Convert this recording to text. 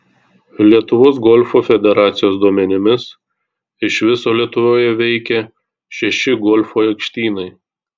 lietuvos golfo federacijos duomenimis iš viso lietuvoje veikia šeši golfo aikštynai